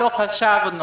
לא חשבנו".